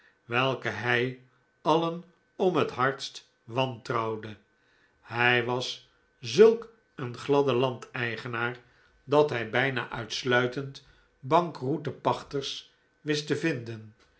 welke hij alien om het hardst wantrouwde hij was zulk een gladde landeigenaar dat hij bijna uitsluitend bankroete pachters wist te vinden